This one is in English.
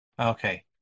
Okay